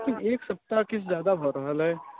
लेकिन एक सप्ताह किछु जादा भऽ रहल यऽ